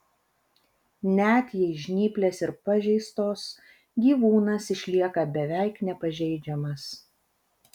net jei žnyplės ir pažeistos gyvūnas išlieka beveik nepažeidžiamas